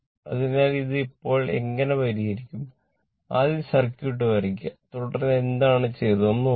അതിനാൽ ഇത് എപ്പോൾ എങ്ങനെ പരിഹരിക്കും ആദ്യം സർക്യൂട്ട് വരയ്ക്കുക തുടർന്ന് എന്താണ് ചെയ്തതെന്ന് നോക്കുക